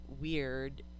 weird